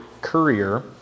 courier